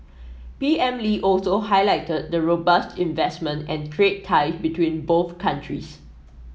P M Lee also highlighted the robust investment and trade tie between both countries